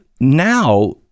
now